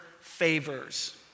favors